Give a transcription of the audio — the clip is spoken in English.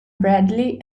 bradley